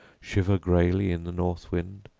shiver grayly in the north wind,